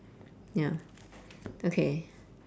ya okay